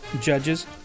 judges